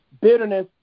bitterness